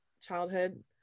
childhood